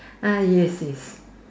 ah yes yes